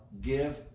give